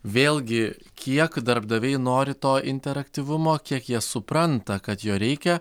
vėlgi kiek darbdaviai nori to interaktyvumo kiek jie supranta kad jo reikia